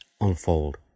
unfold